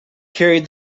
carried